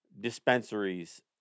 dispensaries